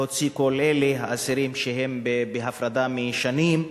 להוציא כל האסירים שהם בהפרדה שנים,